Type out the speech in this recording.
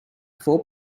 four